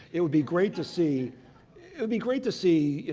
it would be great to see it would be great to see, you